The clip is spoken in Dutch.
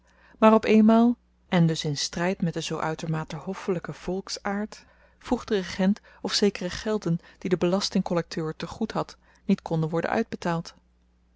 maar op eenmaal en dus in stryd met den zoo uitermate hoffelyken volksaard vroeg de regent of zekere gelden die de belasting kollekteur te goed had niet konden worden uitbetaald